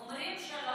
אומרים שלום.